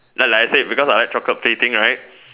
like like as I said because I like chocolate plating right